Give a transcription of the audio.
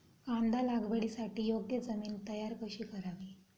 कांदा लागवडीसाठी योग्य जमीन तयार कशी करावी?